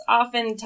often